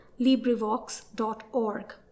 librivox.org